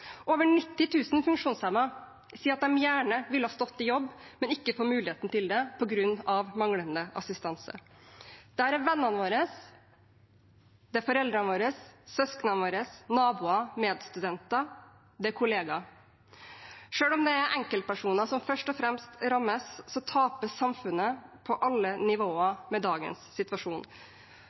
Over 90 000 funksjonshemmede sier at de gjerne ville ha stått i jobb, men får ikke muligheten til det på grunn av manglende assistanse. Dette er vennene våre, det er foreldrene våre, søsknene våre, naboer, medstudenter, kollegaer. Selv om det er enkeltpersoner som først og fremst rammes, taper samfunnet på alle nivåer med dagens situasjon.